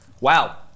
Wow